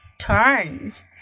Turns